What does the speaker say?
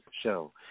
show